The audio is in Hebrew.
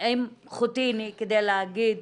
עם חוטיני כדי להגיד,